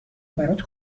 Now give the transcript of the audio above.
برات